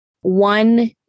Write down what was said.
one